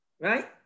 Right